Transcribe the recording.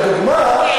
לדוגמה,